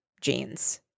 jeans